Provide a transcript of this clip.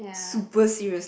super serious